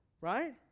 right